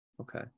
Okay